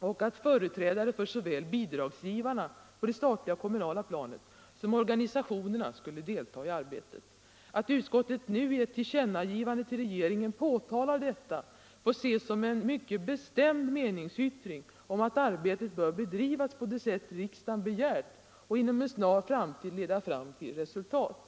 och att företrädare för såväl bidragsgivarna på det statliga och kommunala planet som organisationerna skulle delta i arbetet. Att utskottet nu i ett tillkännagivande till regeringen påtalar detta får ses som en mycket bestämd meningsyttring om att arbetet bör bedrivas på det sätt riksdagen begärt och inom en snar framtid leda fram till resultat.